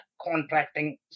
contracting